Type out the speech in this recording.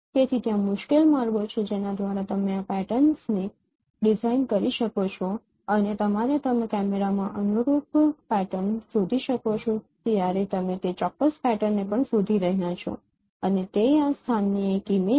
તેથી ત્યાં મુશ્કેલ માર્ગો છે કે જેના દ્વારા તમે આ પેટર્નને ડિઝાઇન કરી શકો છો અને જ્યારે તમે કેમેરામાં અનુરૂપ પેટર્ન શોધી શકો છો ત્યારે તમે તે ચોક્કસ પેટર્ન પણ શોધી રહ્યા છો અને તે આ સ્થાનની એક ઇમેજ છે